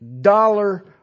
dollar